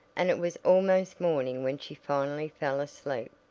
and it was almost morning when she finally fell asleep.